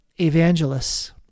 evangelists